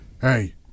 hey